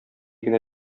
генә